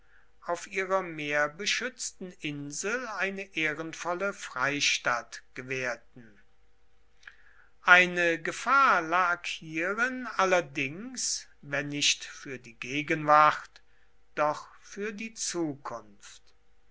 auf ihrer meerbeschützten insel eine ehrenvolle freistatt gewährten eine gefahr lag hierin allerdings wenn nicht für die gegenwart doch für die zukunft